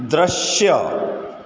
દૃશ્ય